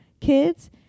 kids